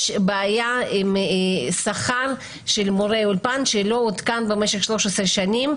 יש בעיה עם שכר של מורי אולפן שלא עודכן במשך 13 שנים,